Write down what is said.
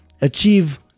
achieve